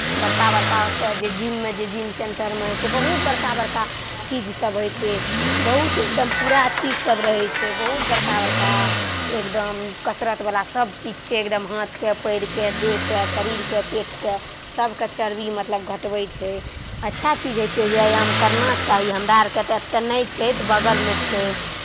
बड़का बड़का ओतेक जे जिममे जे जिम सेन्टरमे होइ छै बहुत बड़का बड़का चीजसभ होइ छै बहुत एकदम पूरा चीजसभ रहै छै बहुत बड़का बड़का एकदम कसरतवला सभचीज छै एकदम हाथके पैरके देहके शरीरके पेटके सभके चरबी मतलब घटबै छै अच्छा चीज होइ छै व्यायाम करना चाही हमरा आरके तऽ एतय नहि छै तऽ बगलमे छै